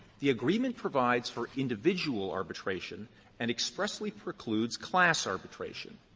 the agreement provides for individual arbitration and expressly precludes class arbitration.